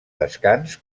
descans